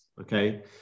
okay